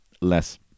less